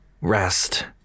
rest